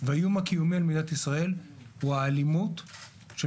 והאיום הקיומי על מדינת ישראל הוא האלימות של